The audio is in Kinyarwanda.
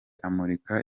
amurika